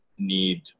need